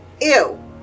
ew